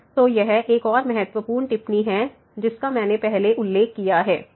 तो यह एक और महत्वपूर्ण टिप्पणी है जिसका मैंने पहले उल्लेख किया है